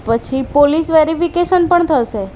પછી police verification પણ થશે